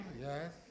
yes